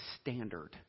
standard